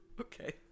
Okay